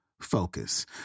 Focus